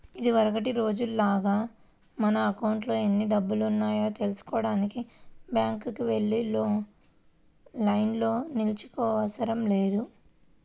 ఇదివరకటి రోజుల్లాగా మన అకౌంట్లో ఎన్ని డబ్బులున్నాయో తెల్సుకోడానికి బ్యాంకుకి వెళ్లి లైన్లో నిల్చోనవసరం లేదు